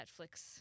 Netflix